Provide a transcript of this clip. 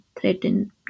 threatened